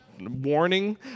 Warning